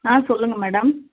ஆ சொல்லுங்கள் மேடம்